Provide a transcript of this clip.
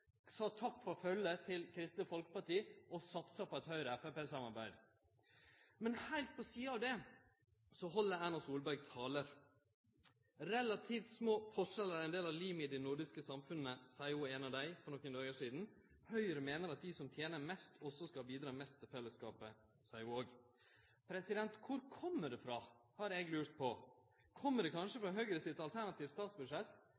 sa morna, Knut Arild, sa takk for følgjet til Kristeleg Folkeparti og satsa på eit Høgre–Framstegsparti-samarbeid. Men heilt på sida av det held Erna Solberg taler. «Relativt små forskjeller er en del av limet i de nordiske samfunnene», seier ho i ein av dei for nokre dagar sidan. Høgre meiner «at de som tjener mest, også skal bidra mest til fellesskapet», seier ho òg. Kor kjem det frå, har eg lurt på, kjem det kanskje frå Høgre sitt alternative statsbudsjett?